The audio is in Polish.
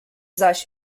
zaś